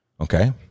okay